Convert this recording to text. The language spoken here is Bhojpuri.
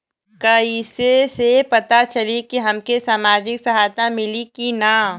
कइसे से पता चली की हमके सामाजिक सहायता मिली की ना?